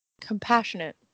compassionate